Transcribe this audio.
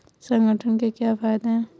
संगठन के क्या फायदें हैं?